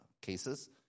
cases